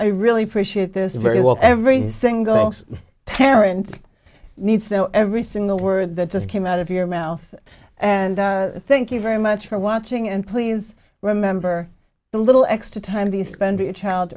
i really appreciate this very well every single parent needs to know every single word that just came out of your mouth and i thank you very much for watching and please remember the little extra time to spend your child